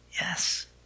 yes